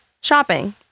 shopping